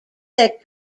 that